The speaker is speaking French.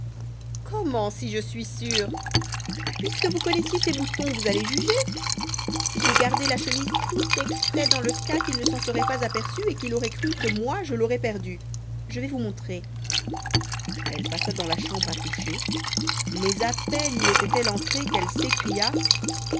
comment si je suis sûre puisque vous connaissiez ses boutons vous allez juger j'ai gardé la chemise tout exprès dans le cas qu'il ne s'en serait pas aperçu et qu'il aurait cru que moi je l'aurais perdu je vais vous montrer elle passa dans la chambre à coucher mais à peine y était-elle entrée qu'elle s'écria